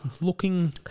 looking